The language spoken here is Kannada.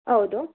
ಹೌದು